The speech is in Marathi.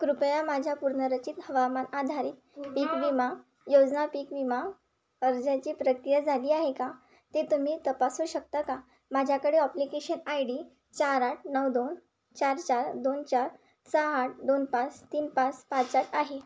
कृपया माझ्या पूर्ण रचित हवामान आधारित पीक विमा योजना पीक विमा अर्जाची प्रक्रिया झाली आहे का ते तुम्ही तपासू शकता का माझ्याकडे ऑप्लिकेशन आय डी चार आठ नऊ दोन चार चार दोन चार सहा आठ दोन पाच तीन पाच पाच चार आहे